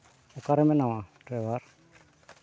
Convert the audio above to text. ᱚᱠᱟᱨᱮ ᱢᱮᱱᱟᱢᱟ ᱰᱨᱟᱭᱵᱷᱟᱨ